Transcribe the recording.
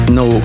no